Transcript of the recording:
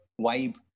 vibe